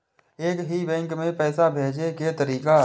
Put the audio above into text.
एक ही बैंक मे पैसा भेजे के तरीका?